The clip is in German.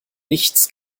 nichts